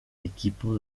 equipo